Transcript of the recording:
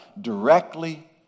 directly